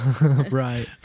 right